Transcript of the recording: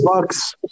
bucks